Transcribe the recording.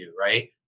right